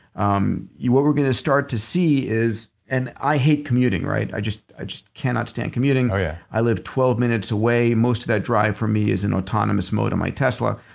um what we're going to start to see is. and i hate commuting, right? i just i just cannot stand commuting oh, yeah i live twelve minutes away. most of that drive for me is in autonomous mode on my tesla,